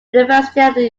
university